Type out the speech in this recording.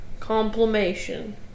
Complimation